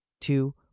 Two